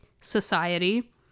Society